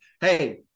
Hey